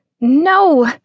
No